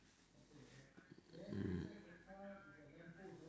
mm